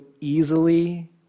easily